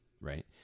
right